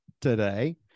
today